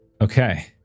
Okay